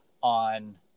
on